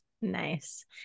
Nice